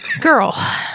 girl